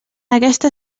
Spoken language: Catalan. aquesta